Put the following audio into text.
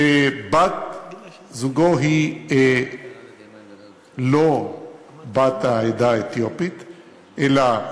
שבת-זוגו היא לא בת העדה האתיופית אלא,